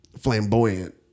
flamboyant